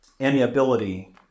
amiability